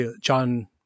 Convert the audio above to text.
john